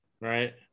right